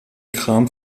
kram